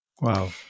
Wow